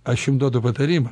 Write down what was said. aš jum duodu patarimą